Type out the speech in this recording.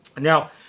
Now